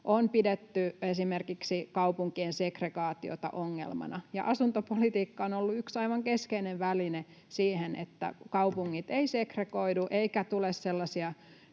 pidetty esimerkiksi kaupunkien segregaatiota ongelmana. Asuntopolitiikka on ollut yksi aivan keskeinen väline siihen, että kaupungit eivät segregoidu eikä tule sellaisia